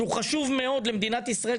שהוא חשוב מאוד למדינת ישראל,